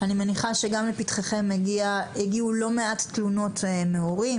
אני מניחה שגם לפתחכם הגיעו לא מעט תלונות מהורים,